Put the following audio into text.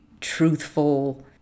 truthful